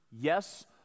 yes